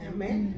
Amen